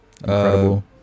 Incredible